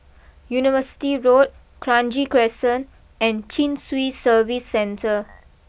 University Road Kranji Crescent and Chin Swee Service Centre